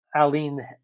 Aline